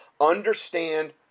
Understand